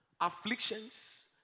afflictions